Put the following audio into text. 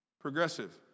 progressive